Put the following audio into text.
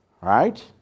Right